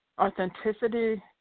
authenticity